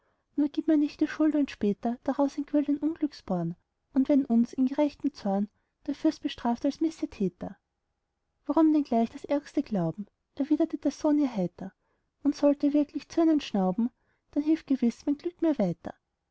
nur gib nicht mir die schuld wenn später daraus entquillt ein unglücksborn und wenn uns in gerechtem zorn der fürst bestraft als missetäter warum denn gleich das ärgste glauben erwiderte der sohn ihr heiter und sollt er wirklich zürnend schnauben dann hilft gewiß mein glück mir weiter